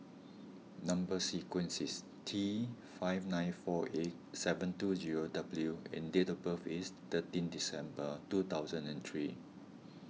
Number Sequence is T five nine four eight seven two zero W and date of birth is thirteen December two thousand and three